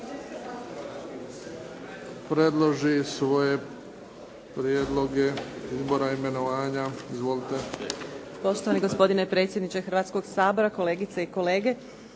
predloži svoje prijedloge izbora i imenovanja. Izvolite. **Majdenić, Nevenka (HDZ)** Poštovani gospodine predsjedniče Hrvatskog sabora, kolegice i kolege.